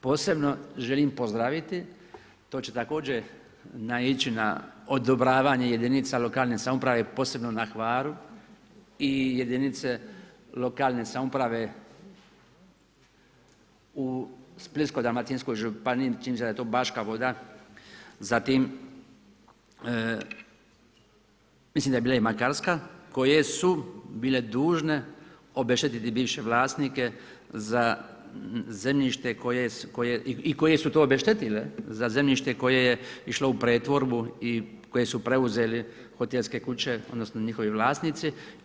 Posebno želim pozdraviti, to će također naići na odobravanje jedinica lokalne samouprave posebno na Hvaru, i jedinice lokalne samouprave u Splitsko-dalmatinskoj županiji, čini mi se da je to Baška Voda, zatim mislim da je bila i Makarska koje su bile dužne obeštetiti bivše vlasnike za zemljište koje i koje su to obeštetile za zemljište koje je išlo u pretvorbu i koje su preuzele hotelske kuće odnosno njihovi vlasnici.